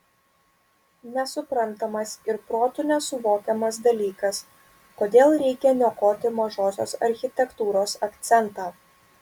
nesuprantamas ir protu nesuvokiamas dalykas kodėl reikia niokoti mažosios architektūros akcentą